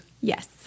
Yes